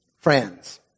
friends